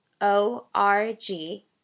O-R-G